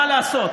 מה לעשות,